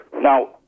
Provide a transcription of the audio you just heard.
Now